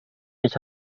ich